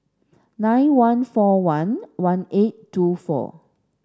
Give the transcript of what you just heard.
nine one four one one eight two four